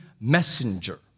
messenger